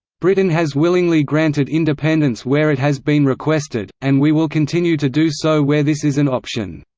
britain has willingly granted independence where it has been requested and we will continue to do so where this is an option.